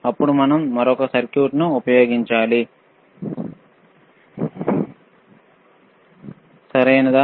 అప్పుడు మనం మరొక సర్క్యూట్ ఉపయోగించాలి సరియైనదా